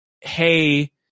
Hey